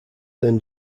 then